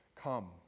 come